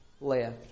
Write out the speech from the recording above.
left